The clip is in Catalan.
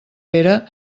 pere